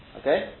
Okay